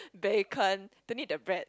bacon don't need the bread